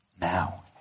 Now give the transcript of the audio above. Now